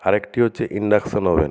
আর একটি হচ্ছে induction oven